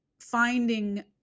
finding